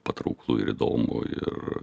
patrauklu ir įdomu ir